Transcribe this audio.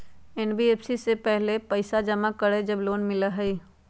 NBFC पहले पईसा जमा करवहई जब लोन मिलहई?